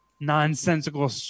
nonsensical